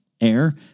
air